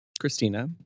Christina